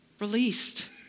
released